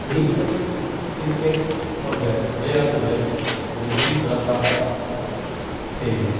நீச்சல் கிரிக்கெட் போன்ற விளையாடுதல்களை மிகவும் சிறப்பாக செய்வேன்